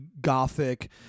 gothic